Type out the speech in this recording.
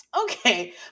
Okay